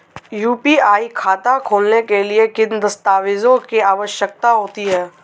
UPI खाता खोलने के लिए किन दस्तावेज़ों की आवश्यकता होती है?